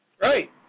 Right